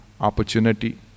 opportunity